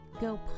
go